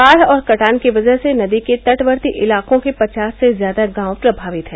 बाढ़ और कटान की वजह से नदी के तटवर्ती इलाकों के पचास से ज्यादा गांव प्रमावित हैं